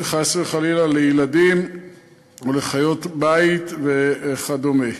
חס וחלילה, לילדים או לחיות-בית וכדומה.